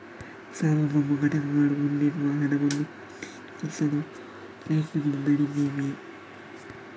ಸಾರ್ವಭೌಮ ಘಟಕಗಳು ಹೊಂದಿರುವ ಹಣವನ್ನು ಪ್ರತ್ಯೇಕಿಸಲು ಪ್ರಯತ್ನಗಳು ನಡೆದಿವೆ